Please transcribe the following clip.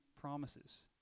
promises